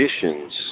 conditions